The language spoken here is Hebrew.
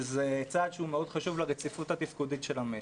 וזה צעד שהוא מאוד חשוב לרציפות התפקודית של המשק.